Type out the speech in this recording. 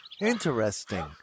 Interesting